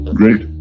great